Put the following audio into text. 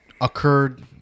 occurred